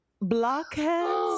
Blockheads